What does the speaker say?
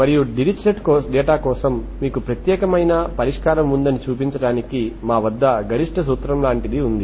మరియు Dirichlet data కోసం మీకు ప్రత్యేకమైన పరిష్కారం ఉందని చూపించడానికి మా వద్ద గరిష్ట సూత్రం లాంటిది ఉంది